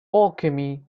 alchemy